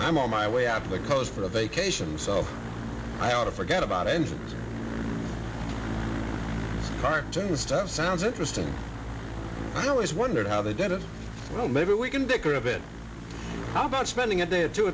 i'm on my way off the coast for a vacation so i ought to forget about engine cartoon stuff sounds interesting i always wondered how they did it so maybe we can dicker of it how about spending a day or two